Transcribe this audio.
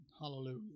Hallelujah